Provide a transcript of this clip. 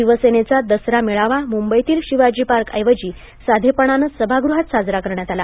शिवसेनेचा दसरा मेळावा मुंबईतील शिवाजीपार्क ऐवजी साधेपणानं सभागृहात साजरा करण्यात आला